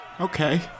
Okay